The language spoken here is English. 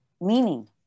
meaning